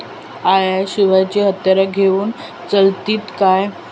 ISI शिवायची हत्यारा घेऊन चलतीत काय?